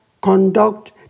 conduct